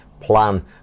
Plan